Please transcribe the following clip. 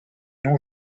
non